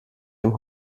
dem